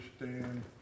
understand